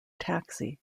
taxi